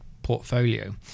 portfolio